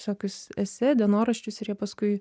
visokius esė dienoraščius ir jie paskui